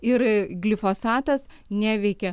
ir glifosatas neveikia